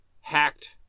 hacked